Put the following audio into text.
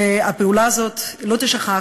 שהפעולה הזאת לא תישכח,